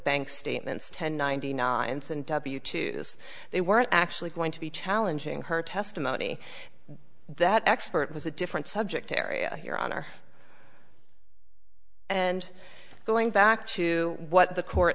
bank statements ten ninety nine thousand w two s they weren't actually going to be challenging her testimony that expert was a different subject area your honor and going back to what the court